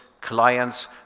clients